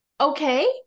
Okay